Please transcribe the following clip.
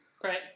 Great